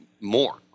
more